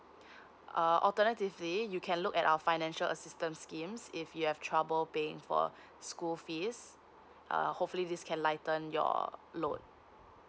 uh alternatively you can look at our financial assistance schemes if you have trouble paying for school fees uh hopefully this can lighten your load